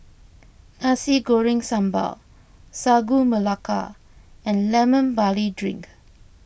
Nasi Goreng Sambal Sagu Melaka and Lemon Barley Drink